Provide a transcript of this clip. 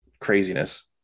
craziness